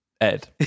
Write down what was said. Ed